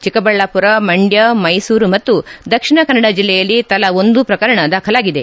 ಚಿಕ್ಕಬಳ್ಳಾಪುರ ಮಂಡ್ಕ ಮೈಸೂರು ಮತ್ತು ದಕ್ಷಿಣ ಕನ್ನಡ ಜೆಲ್ಲೆಯಲ್ಲಿ ತಲಾ ಒಂದೊಂದು ಪ್ರಕರಣ ದಾಖಲಾಗಿದೆ